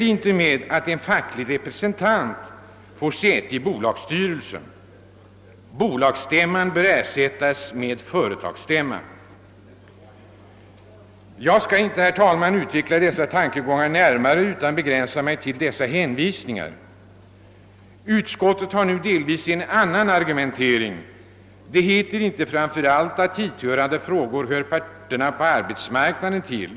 det inte med att en facklig representant får säte i bolagsstyrelsen; bolagsstämman bör ersättas med företagsstämma. Jag skall, herr talman, inte utveckla dessa tankegångar närmare utan »begränsa mig till dessa hänvisningar. Utskottet för nu delvis en annan argumentering. Det heter framför allt inte, att hithörande frågor hör parterna på arbetsmarknaden till.